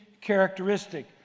characteristic